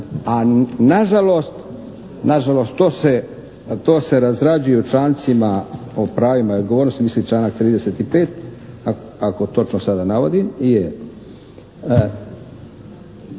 a na žalost to se razrađuje u člancima o pravima i odgovornostima mislim članak 35. ako točno sada navodim.